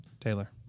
Taylor